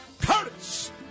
Curtis